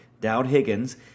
Dowd-Higgins